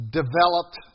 developed